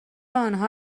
آنها